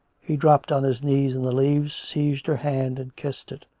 he dropped on his knees in the leaves, seized her hand and kissed it.